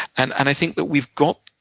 and and i think that we've got,